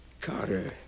Carter